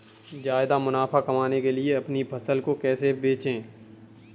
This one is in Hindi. ज्यादा मुनाफा कमाने के लिए अपनी फसल को कैसे बेचें?